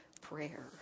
Prayer